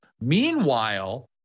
Meanwhile